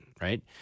right